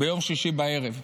ביום שישי בערב.